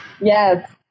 yes